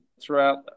throughout